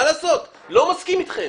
אני לא מסכים איתכם,